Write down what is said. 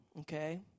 okay